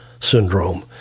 syndrome